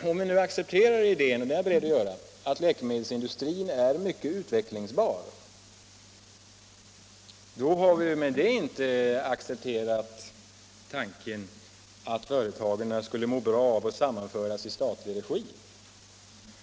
Men om vi nu accepterar idén — och det är jag beredd att göra — att läkemedelsindustrin är mycket utvecklingsbar, så har vi med det inte accepterat tanken att företagen skulle må bra av att sammanföras i statlig regi.